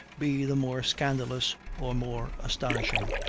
be the more scandalous or more astonishing.